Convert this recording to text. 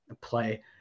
play